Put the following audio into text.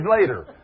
later